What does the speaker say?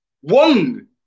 one